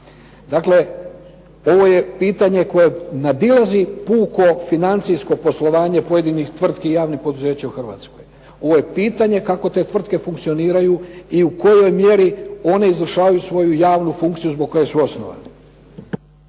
Ovo je pitanje koje nadilazi puko financijsko poslovanje pojedinih tvrtki i javnih poduzeća u Hrvatskoj. Ovo je pitanje kako te tvrtke funkcioniraju i u kojoj mjeri one izvršavaju svoju javnu funkciju zbog koje su osnovane.